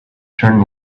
turn